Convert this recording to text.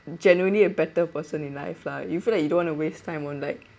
generally a better person in life lah you feel like you don't want to waste time on like